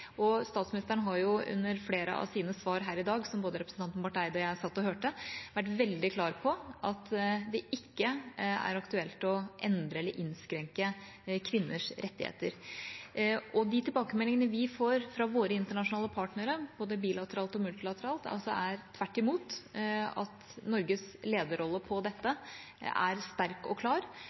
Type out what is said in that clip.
Og statsministeren har jo under flere av sine svar her i dag, som både representanten Barth Eide og jeg satt og hørte, vært veldig klar på at det ikke er aktuelt å endre eller innskrenke kvinners rettigheter. De tilbakemeldingene vi får fra våre internasjonale partnere, både bilateralt og multilateralt, er tvert imot at Norges lederrolle på dette er sterk og klar,